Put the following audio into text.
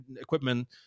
equipment